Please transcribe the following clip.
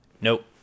Nope